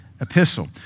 Epistle